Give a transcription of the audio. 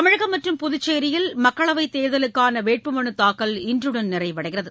தமிழகம் மற்றும் புதுச்சேரியில் மக்களவைத் தேர்தலுக்கான வேட்புமலு தாக்கல் இன்றுடன் நிறைவடைகிறது